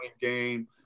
game